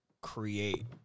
create